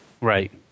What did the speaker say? Right